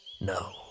No